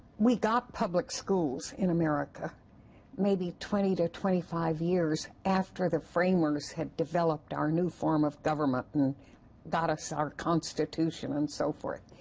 we got public schools in america maybe twenty twenty five years after the framers developed our new form of government and got us our constitution and so forth.